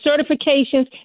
certifications